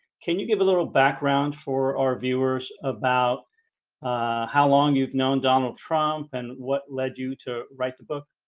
can you give a little background for our viewers about how long you've known donald trump and what led you to write the book?